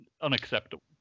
unacceptable